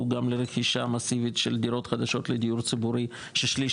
גם לרכישה מאסיבית שלדירות חדשות לדיור ציבורי ששליש